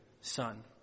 son